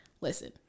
listen